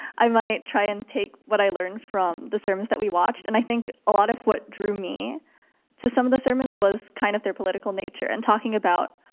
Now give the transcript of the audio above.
i might try and take what i learned from the sermons that we watched. and i think a lot of what drew me to some of the sermons was kind of their political nature and talking about,